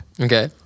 Okay